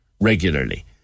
regularly